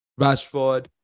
Rashford